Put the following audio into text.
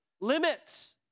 limits